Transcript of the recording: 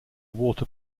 water